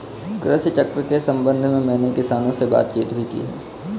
कृषि चक्र के संबंध में मैंने किसानों से बातचीत भी की है